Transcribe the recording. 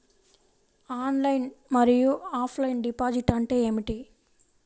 Online మరియు offline deposit అంటే ఏమిటి?